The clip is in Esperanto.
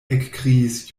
ekkriis